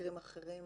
מקרים אחרים